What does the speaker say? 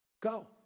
Go